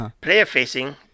player-facing